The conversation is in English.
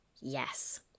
Yes